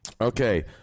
Okay